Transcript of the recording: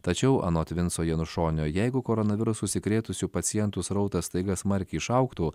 tačiau anot vinco janušonio jeigu koronavirusu užsikrėtusių pacientų srautas staiga smarkiai išaugtų